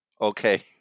Okay